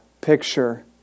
picture